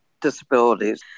disabilities